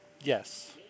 Yes